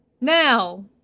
Now